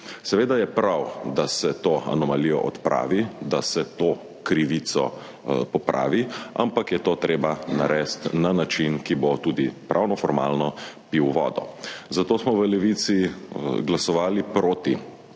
Seveda je prav, da se to anomalijo odpravi, da se to krivico popravi, ampak je to treba narediti na način, ki bo tudi pravnoformalno pil vodo. Zato smo v Levici glasovali proti